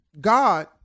God